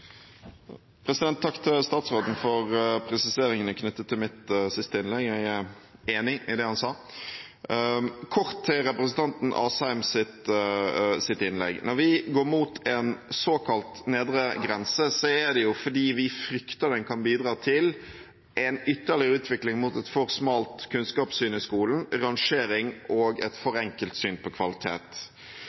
Takk til statsråden for presiseringene knyttet til mitt siste innlegg, jeg er enig i det han sa. Kort til representanten Asheims innlegg: Når vi går imot en såkalt nedre grense, er det fordi vi frykter den kan bidra til en ytterligere utvikling mot et for smalt kunnskapssyn i skolen, rangering og et for enkelt syn på kvalitet.